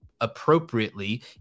appropriately